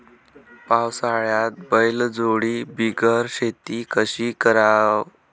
पावसाळ्यात बैलजोडी बिगर शेती कशी कराव?